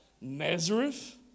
Nazareth